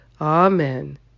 Amen